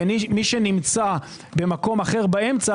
ומי שנמצא במקום אחר באמצע,